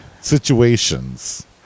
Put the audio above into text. Situations